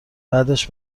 بعدش